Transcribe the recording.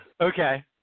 Okay